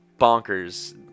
bonkers